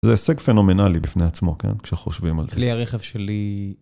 זה הישג פנומנלי בפני עצמו, כשחושבים על זה. כלי הרכב שלי...